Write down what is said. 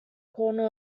corner